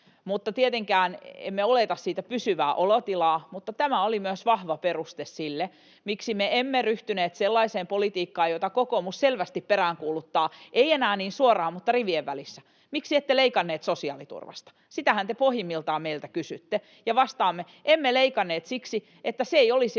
mutta tietenkään emme oleta siitä pysyvää olotilaa, mutta tämä oli myös vahva peruste sille, miksi me emme ryhtyneet sellaiseen politiikkaan, jota kokoomus selvästi peräänkuuluttaa — ei enää niin suoraan mutta rivien välissä — miksi ette leikanneet sosiaaliturvasta? Sitähän te pohjimmiltaan meiltä kysytte, ja vastaamme: emme leikanneet siksi, että se ei olisi